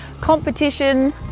competition